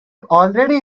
already